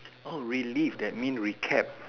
oh relive that mean recap